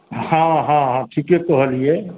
हॅं हॅं हॅं ठीके कहलियै